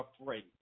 afraid